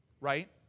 right